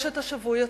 יש השבוי עצמו,